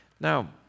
Now